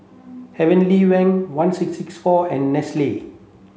Heavenly Wang one six six four and Nestle